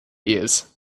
years